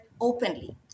openly